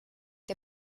der